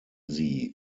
sie